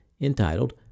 entitled